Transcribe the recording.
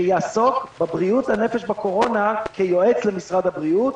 שיעסוק בבריאות הנפש בקורונה כיועץ למשרד הבריאות,